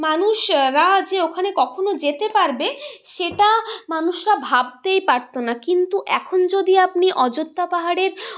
মানুষরা যে ওখানে কখনো যেতে পারবে সেটা মানুষরা ভাবতেই পারতো না কিন্তু এখন যদি আপনি অযোধ্যা পাহাড়ের